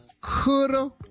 coulda